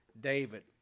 David